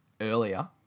earlier